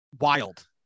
wild